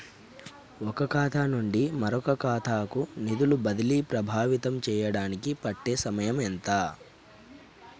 ఒక ఖాతా నుండి మరొక ఖాతా కు నిధులు బదిలీలు ప్రభావితం చేయటానికి పట్టే సమయం ఎంత?